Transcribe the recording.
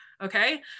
okay